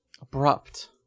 abrupt